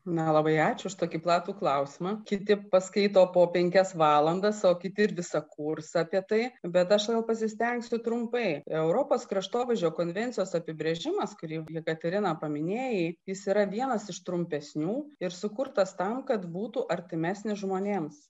na labai ačiū už tokį platų klausimą kiti paskaito po penkias valandas o kiti ir visą kursą apie tai bet aš gal pasistengsiu trumpai europos kraštovaizdžio konvencijos apibrėžimas kurį jakaterina paminėjai jis yra vienas iš trumpesnių ir sukurtas tam kad būtų artimesnis žmonėms